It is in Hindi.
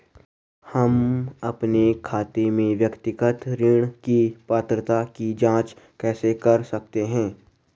हम अपने खाते में व्यक्तिगत ऋण की पात्रता की जांच कैसे कर सकते हैं?